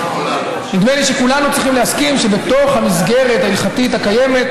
נדמה לי שכולנו צריכים להסכים שבתוך המסגרת ההלכתית הקיימת